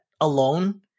alone